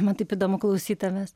man taip įdomu klausyt tavęs